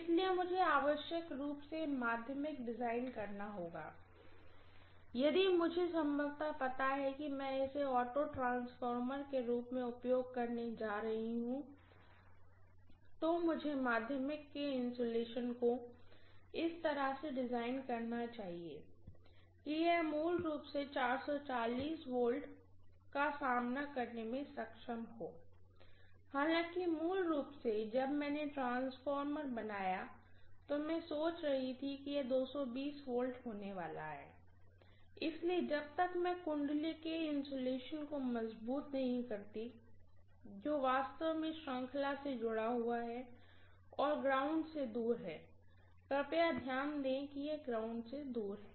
इसलिए मुझे आवश्यक रूप से माध्यमिक डिजाइन करना होगा यदि मुझे संभवतः पता है कि मैं इसे एक ऑटो ट्रांसफार्मर के रूप में उपयोग करने जा रही हूँ तो मुझे माध्यमिक के इन्सुलेशन को इस तरह से डिजाइन करना चाहिए कि यह मूल रूप से 440 वV का सामना करने में सक्षम हो हालांकि मूल रूप से जब मैंने ट्रांसफार्मर बनाया तो मैं सोच रही थी कि यह 220 V होने वाला है इसलिए जब तक मैं वाइंडिंग के इन्सुलेशन को मजबूत नहीं करती हूँ जो वास्तव में श्रृंखला से जुड़ा हुआ है और ग्राउंड से दूर है कृपया ध्यान दें कि यह ग्राउंड से दूर है